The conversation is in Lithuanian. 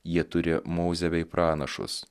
jie turi mozę bei pranašus